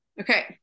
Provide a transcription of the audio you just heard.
okay